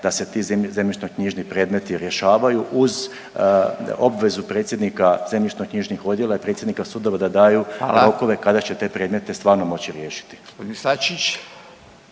da se ti zemljišnoknjižni predmeti rješavaju uz obvezu predsjednika zemljišnoknjižnih odjela i predsjednika sudova da daju rokove kada će te predmete stvarno moći riješiti.